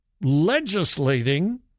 legislating